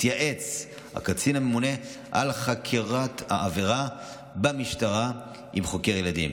יתייעץ הקצין הממונה על חקירת העבירה במשטרה עם חוקר ילדים.